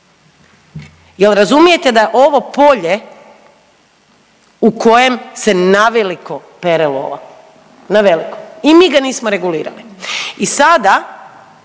Jel razumijete da je ovo polje u kojem se naveliko pere lova, na veliko i mi ga nismo regulirali. I sada